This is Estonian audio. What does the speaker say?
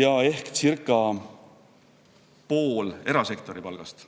ja ehk umbes pool erasektori palgast.